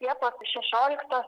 liepos šešioliktos